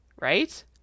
Right